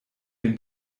den